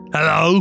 Hello